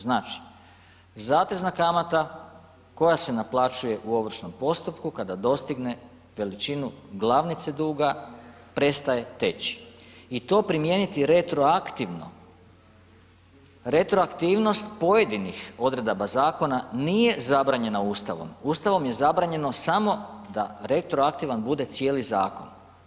Znači, zatezna kamata koja se naplaćuje u ovršnom postupku kada dostigne veličinu glavnice duga, prestaje teći i to primijeniti retroaktivno, retroaktivnost pojedinih odredaba zakona nije zabranjena Ustavom, Ustavom je zabranjeno samo da retroaktivan bude cijeli zakon.